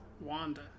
Wanda